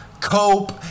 cope